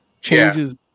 changes